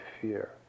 fear